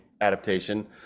adaptation